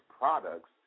products